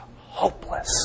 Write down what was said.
Hopeless